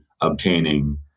obtaining